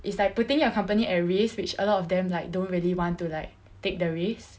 it's like putting your company at risk which a lot of them like don't really want to like take the risk